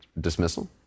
dismissal